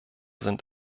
sind